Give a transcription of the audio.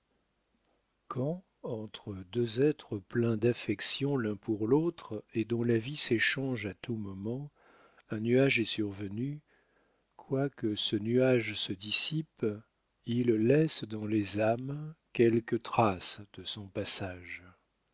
quand entre deux êtres pleins d'affection l'un pour l'autre et dont la vie s'échange à tout moment un nuage est survenu quoique ce nuage se dissipe il laisse dans les âmes quelques traces de son passage